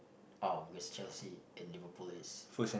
oh it's Chelsea in Minneapolis